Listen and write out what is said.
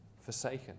forsaken